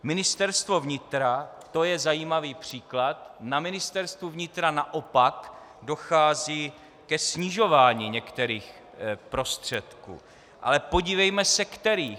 Ministerstvo vnitra, to je zajímavý příklad, na Ministerstvu vnitra naopak dochází ke snižování některých prostředků, ale podívejme se kterých.